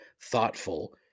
thoughtful